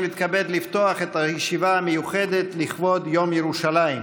אני מתכבד לפתוח את הישיבה המיוחדת לכבוד יום ירושלים.